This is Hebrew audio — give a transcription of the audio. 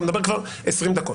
אתה מדבר כבר 20 דקות.